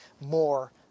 more